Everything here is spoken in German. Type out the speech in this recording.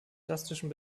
plastischen